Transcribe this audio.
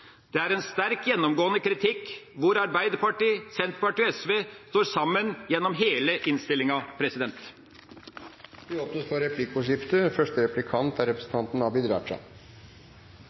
Det er en sterk gjennomgående kritikk, hvor Arbeiderpartiet, Senterpartiet og SV står sammen gjennom hele innstillinga. Det blir replikkordskifte. Jeg tenkte bare på en klargjøring. Jeg antar at representanten